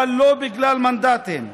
אבל לא בגלל מנדטים,